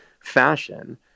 fashion